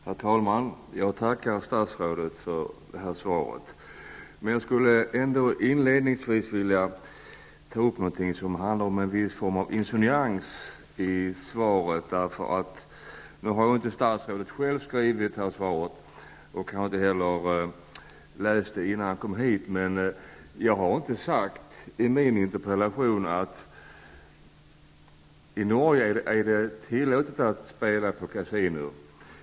Herr talman! Jag tackar statsrådet för svaret. Inledningsvis skulle jag vilja ta upp en viss fråga. Det handlar då om en form av insinuation i svaret. Statsrådet har inte självt skrivit svaret och har heller inte läst det innan han kom hit. Jag vill dock framhålla att jag i min interpellation inte säger att det är tillåtet i Norge att spela på kasinon.